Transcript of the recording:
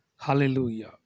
hallelujah